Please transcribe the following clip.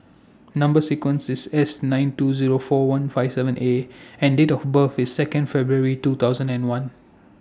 Number sequence IS S nine two Zero four one five seven A and Date of birth IS Second February two thousand and one